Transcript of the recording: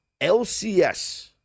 LCS